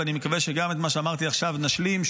ואני מקווה שגם את מה שאמרתי עכשיו נשלים.